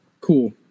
Cool